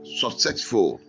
successful